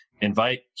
invite